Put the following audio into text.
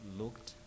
looked